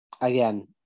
Again